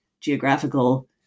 geographical